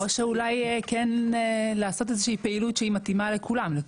או שאולי כן לעשות איזה שהיא פעילות שהיא מתאימה לכולם,